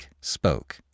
spoke